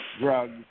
drugs